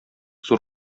зур